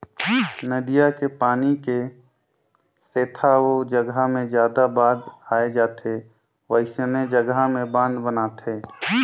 नदिया के पानी के सेथा ओ जघा मे जादा बाद आए जाथे वोइसने जघा में बांध बनाथे